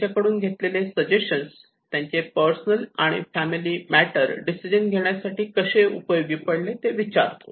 त्यांच्याकडुन घेतलेले सजेशन्स त्यांचे पर्सनल आणि फॅमिली मॅटर डिसिजन घेण्यासाठी कसे उपयोगी पडले ते विचारतो